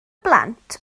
blant